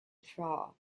fraud